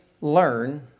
learn